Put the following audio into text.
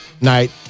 night